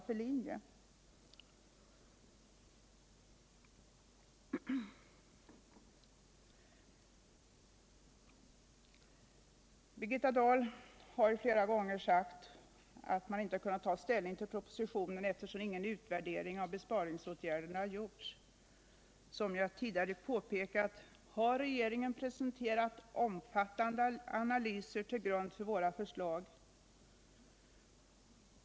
för befintlig bebyg Birgitta Dahl har flera gånger sagt att man inte kunnat ta ställning till propositionen, eftersom någon utvärdering av besparingsåtgärderna inte har gjorts. Som jag tidigare påpekat har regeringen presenterat omfattande analyser till grund för våra förslag.